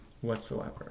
whatsoever